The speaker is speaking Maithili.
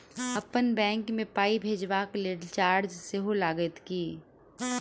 अप्पन बैंक मे पाई भेजबाक लेल चार्ज सेहो लागत की?